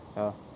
ya